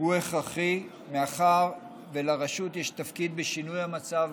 הוא הכרחי, מאחר שלרשות יש תפקיד בשינוי המצב